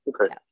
Okay